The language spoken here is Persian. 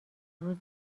روز